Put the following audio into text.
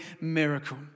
miracle